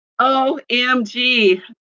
Omg